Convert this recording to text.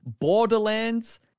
Borderlands